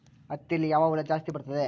ಹತ್ತಿಯಲ್ಲಿ ಯಾವ ಹುಳ ಜಾಸ್ತಿ ಬರುತ್ತದೆ?